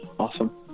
awesome